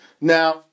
Now